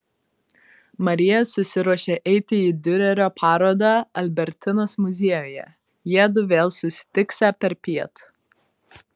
marija susiruošė eiti į diurerio parodą albertinos muziejuje jiedu vėl susitiksią perpiet